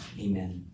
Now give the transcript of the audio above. amen